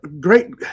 great